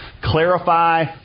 clarify